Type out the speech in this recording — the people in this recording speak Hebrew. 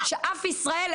שאף ישראלי,